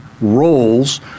roles